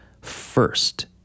first